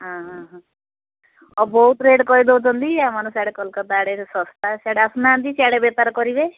ହଁ ହଁ ହଁ ଆଉ ବହୁତ ରେଟ୍ କହି ଦେଉଛନ୍ତି ଆମର ସିଆଡ଼େ କୋଲକତା ଆଡ଼େ ଶସ୍ତା ସିଆଡ଼େ ଆସୁନାହାନ୍ତି ସିଆଡ଼େ ବେପାର କରିବେ